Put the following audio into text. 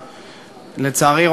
לצערי,